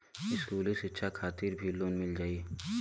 इस्कुली शिक्षा खातिर भी लोन मिल जाई?